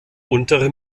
untere